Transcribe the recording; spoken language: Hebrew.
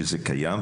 שזה קיים,